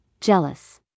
jealous